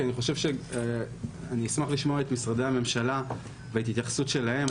כי אני אשמח לשמוע את משרדי הממשלה ואת ההתייחסות שלהם.